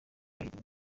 kuyoboka